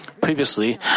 Previously